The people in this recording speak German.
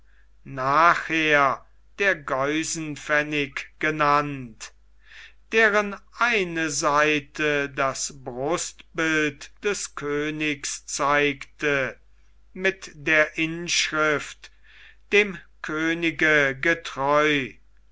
nachher der geusenpfennig genannt deren eine seite das brustbild des königs zeigte mit der inschrift dem könige getreu